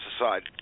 aside